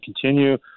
continue